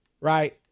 right